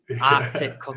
arctic